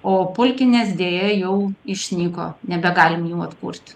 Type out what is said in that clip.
o pulkinės deja jau išnyko nebegalim jų atkurt